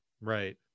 Right